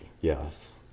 Yes